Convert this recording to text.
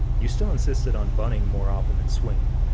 you still insisted on burning more often than swinging.